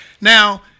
Now